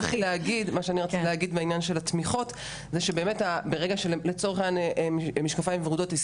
מה שאני רציתי להגיד בעניין של התמיכות זה שברגע שמשקפים ורודת לדוגמה